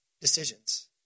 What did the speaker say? decisions